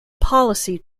policy